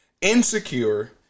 insecure